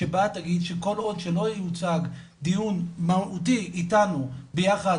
שבה תגיד שכל עוד שלא יוצג מהותי אתנו ביחד